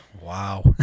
Wow